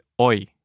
oi